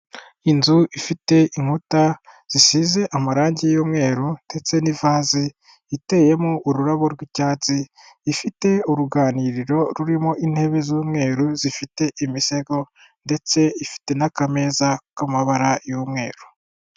Inzu ifite inkuta zisize amarangi y'umweru ndetse n'ivase iteyemo ururabo rw'icyatsi, ifite uruganiriro rurimo intebe z'umweru zifite imisego, ndetse ifite n'akameza k'amabara y'umweru.